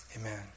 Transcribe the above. amen